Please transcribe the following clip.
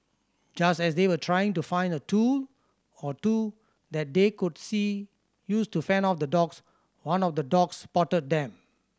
just as they were trying to find a tool or two that they could see use to fend off the dogs one of the dogs spotted them